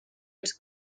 els